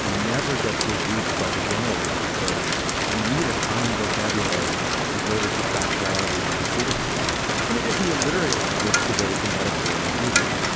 and never gets rebuked by the generals who says we need a common vocabulary devoted to factuality and lucidity in addition to a literary language devoted to metaphore and beauty.